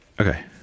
Okay